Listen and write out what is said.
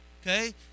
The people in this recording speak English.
Okay